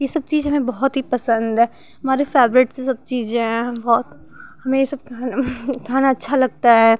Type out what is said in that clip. ये सब चीज़ हमें बहुत ही पसंद है हमारे फ़ेवरेट से सब चीजे हैं और हमें यह सब खाने में खाना अच्छा लगता है